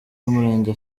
y’umurenge